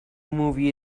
movie